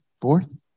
fourth